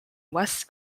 west